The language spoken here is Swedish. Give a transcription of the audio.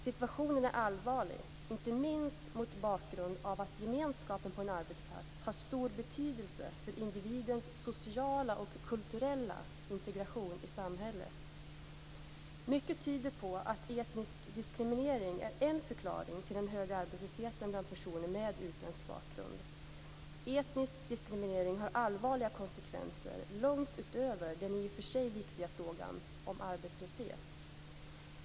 Situationen är allvarlig, inte minst mot bakgrund av att gemenskapen på en arbetsplats har stor betydelse för individens sociala och kulturella integration i samhället. Mycket tyder på att etnisk diskriminering är en förklaring till den höga arbetslösheten bland personer med utländsk bakgrund. Etnisk diskriminering har allvarliga konsekvenser långt utöver den i och för sig viktiga frågan om arbetslöshet.